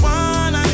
one